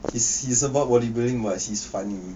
it's it's about bodybuilding much he's funny